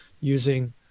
using